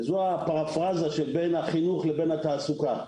זו הפרפרזה בין החינוך לתעסוקה.